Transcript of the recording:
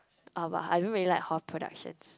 uh but I don't really like hall productions